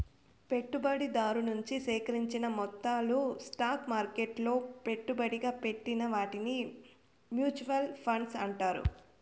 పెట్టుబడిదారు నుంచి సేకరించిన మొత్తాలు స్టాక్ మార్కెట్లలో పెట్టుబడిగా పెట్టిన వాటిని మూచువాల్ ఫండ్స్ అంటారు